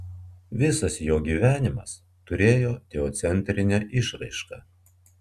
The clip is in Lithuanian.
visas jo gyvenimas turėjo teocentrinę išraišką